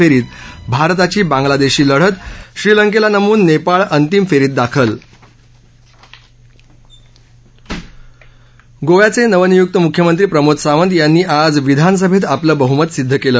फेरीत भारताची बांगलादेशशी लढत श्रीलंकेला नमवून नेपाळ अंतिम फेरीत दाखल गोव्याचे नवनियुक्त मुख्यमंत्री प्रमोद सावंत यांनी आज विधानसभेत आपलं बहुमत सिद्ध केलं